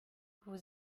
vous